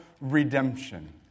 redemption